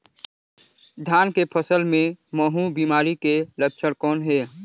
धान के फसल मे महू बिमारी के लक्षण कौन हे?